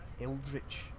eldritch